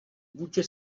vůči